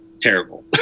terrible